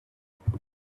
hookahs